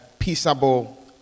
peaceable